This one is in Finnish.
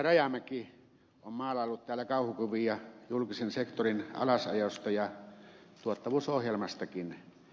rajamäki on maalaillut täällä kauhukuvia julkisen sektorin alasajosta ja tuottavuusohjelmastakin